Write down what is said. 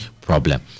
problem